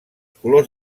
colors